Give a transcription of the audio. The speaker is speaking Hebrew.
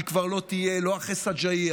היא כבר לא תהיה, לא אחרי שג'אעיה,